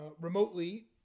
remotely